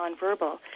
nonverbal